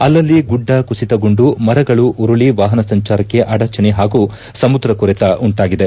ಅಲ್ಲಲ್ಲಿ ಗುಡ್ಡ ಕುಸಿತಗೊಂಡು ಮರಗಳು ಉರುಳಿ ವಾಪನ ಸಂಚಾರಕ್ಕೆ ಅಡಚಣೆ ಹಾಗೂ ಸಮುದ್ರ ಕೊರೆತ ಉಂಟಾಗಿದೆ